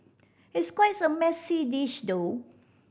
it's quite a messy dish though